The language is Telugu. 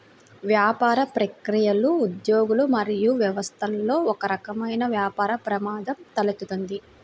వ్యాపార ప్రక్రియలు, ఉద్యోగులు మరియు వ్యవస్థలలో ఒకరకమైన వ్యాపార ప్రమాదం తలెత్తుతుంది